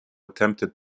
attempted